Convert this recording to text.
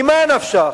ממה נפשך,